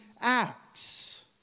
acts